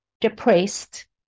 depressed